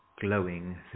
glowing